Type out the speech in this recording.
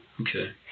Okay